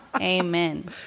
amen